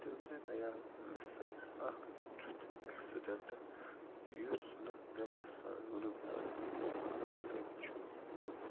تمہِ دۄہ گَیاو مےٚ سۭتۍ اَکھ تیُتھ ایٚکسیڈنٹ یُس نہٕ مےٚ بسان وٕنیُک تانۍ کٲنٛسہِ سۭتۍ چھُ گوٚمُت